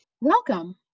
Welcome